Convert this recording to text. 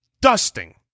dusting